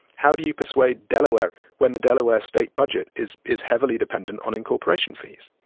how do you persuade delaware when the delaware state budget is is heavily dependent on incorporation fees?